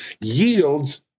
yields